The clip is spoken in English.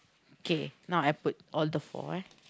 okay now I put all the four eh